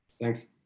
Thanks